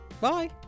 Bye